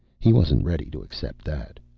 he wasn't ready to accept that.